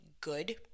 good